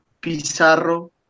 Pizarro